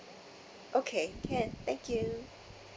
okay can thank you